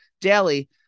Daily